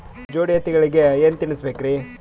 ಜೋಡಿ ಎತ್ತಗಳಿಗಿ ಏನ ತಿನಸಬೇಕ್ರಿ?